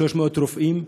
300 רופאים,